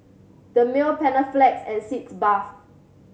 Dermale Panaflex and Sitz Bath